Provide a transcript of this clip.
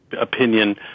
opinion